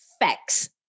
facts